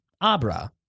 Abra